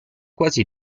quasi